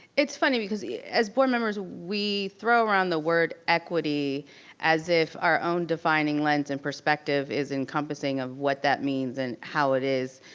it's funny because as board members, we throw around the word equity as if our own defining lens and perspective is encompassing of what that means and how it is,